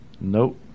Nope